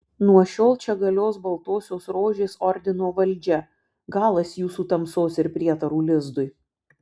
nuo šiol čia galios baltosios rožės ordino valdžia galas jūsų tamsos ir prietarų lizdui